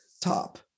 Top